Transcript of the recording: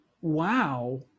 Wow